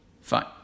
Fine